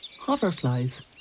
hoverflies